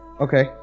Okay